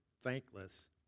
thankless